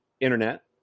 Internet